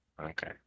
Okay